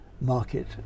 market